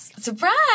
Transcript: Surprise